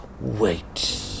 wait